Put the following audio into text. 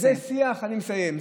אני מסיים.